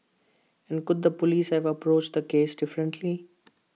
and could the Police have approached this case differently